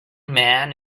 man